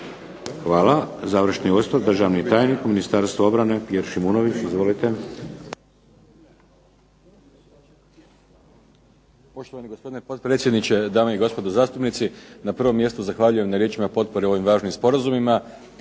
Hvala. Završni osvrt, državni tajnik u Ministarstvu obrane Pjer Šimunović. Izvolite.